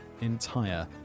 entire